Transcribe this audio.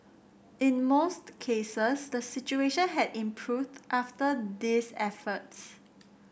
in most cases the situation had improved after these efforts